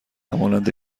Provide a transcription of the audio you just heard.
همانند